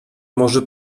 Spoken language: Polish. może